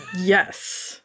yes